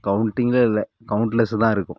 கௌன்ட்டிங்கே இல்லை கௌன்ட்லெஸ் தான் இருக்கும்